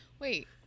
Wait